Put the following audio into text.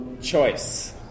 Choice